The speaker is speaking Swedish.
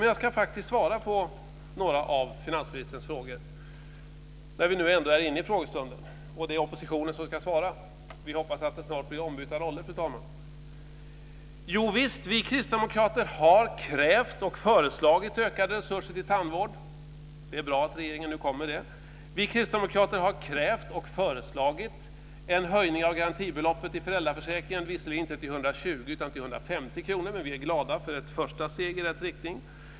Men jag ska svara på några av finansministerns frågor, när vi nu ändå är inne i frågestunden och det är oppositionen som ska svara. Vi hoppas att det snart blir ombytta roller, fru talman. Jovisst har vi kristdemokrater krävt och föreslagit ökade resurser till tandvård. Det är bra att regeringen nu kommer med det. Vi kristdemokrater har krävt och föreslagit en höjning av garantibeloppet i föräldraförsäkringen, visserligen inte till 120 kr utan till 150 kr, men vi är glada för ett första steg i rätt riktning.